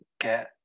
get